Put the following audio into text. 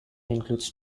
includes